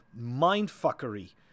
mindfuckery